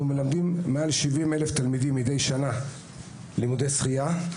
אנחנו מלמדים מעל 70,000 תלמידים מידי שנה לימודי שחייה,